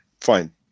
Fine